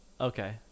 Okay